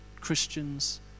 Christians